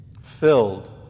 filled